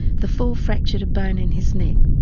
the fall fractured a bone in his neck.